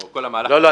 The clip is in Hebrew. כל המהלך --- לא,